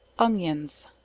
onions